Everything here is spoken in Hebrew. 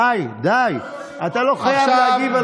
די, די, אתה לא חייב להגיב על כל משפט.